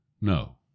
no